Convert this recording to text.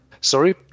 Sorry